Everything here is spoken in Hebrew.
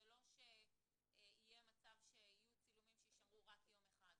זה לא שיהיה מצב שיהיו צילומים שיישארו רק יום אחד,